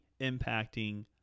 impacting